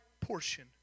portion